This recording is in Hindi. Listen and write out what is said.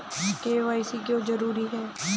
के.वाई.सी क्यों जरूरी है?